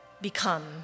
become